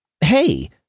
hey